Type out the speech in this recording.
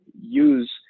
use